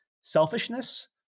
selfishness